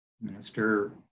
Minister